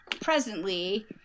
presently